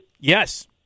Yes